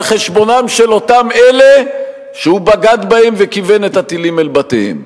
חשבונם של אותם אלה שהוא בגד בהם וכיוון את הטילים אל בתיהם.